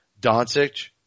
Doncic